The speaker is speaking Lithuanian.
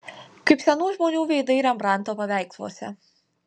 kaip senų žmonių veidai rembrandto paveiksluose